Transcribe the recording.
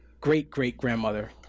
great-great-grandmother